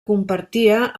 compartia